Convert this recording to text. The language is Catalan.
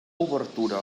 obertura